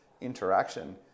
interaction